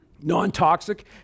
non-toxic